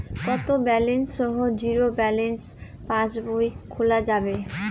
কত ব্যালেন্স সহ zero balance পাসবই খোলা যাবে?